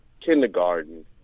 kindergarten